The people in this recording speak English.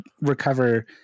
recover